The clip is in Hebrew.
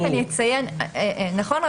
נכון.